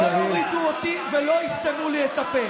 הבריונים של הקרן למורשת הכותל לא יורידו אותי ולא יסתמו לי את הפה.